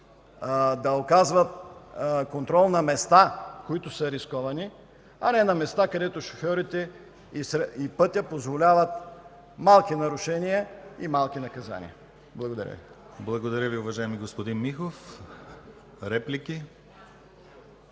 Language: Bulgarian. да оказват контрол на места, които са рисковани, а не на места, където шофьорите и пътят позволяват малки нарушения и малки наказания. Благодаря Ви.